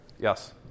Yes